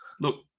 Look